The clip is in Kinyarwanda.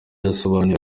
yasobanuye